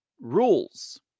rules